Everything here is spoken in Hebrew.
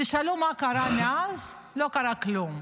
תשאלו מה קרה מאז, לא קרה כלום.